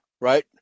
right